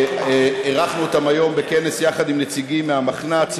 אירחנו אותם היום בכנס יחד עם נציגים מהמחנ"צ,